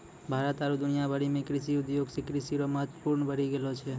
भारत आरु दुनिया भरि मे कृषि उद्योग से कृषि रो महत्व बढ़ी गेलो छै